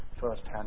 firsthand